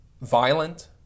violent